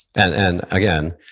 and and again,